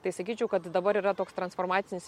tai sakyčiau kad dabar yra toks transformacinis